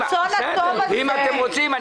ואם אתם רוצים,